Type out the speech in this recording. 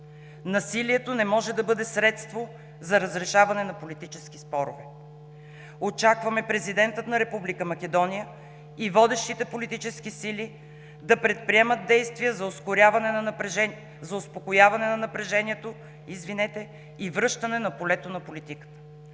Насилието не може да бъде средство за разрешаване на политически спор. Очакваме президентът на Република Македония и водещите политически сили да предприемат действия за успокояване на напрежението и връщане на полето на политиката.